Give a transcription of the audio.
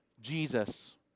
Jesus